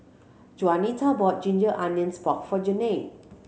Juanita bought ginger onions pork for Janay